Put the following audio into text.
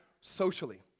socially